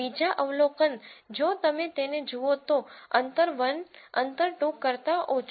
બીજા અવલોકન જો તમે તેને જુઓ તો અંતર 1 અંતર 2 કરતા ઓછું છે